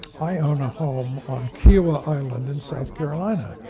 i own a home on kiawah island in south carolina.